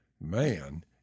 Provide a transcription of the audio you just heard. man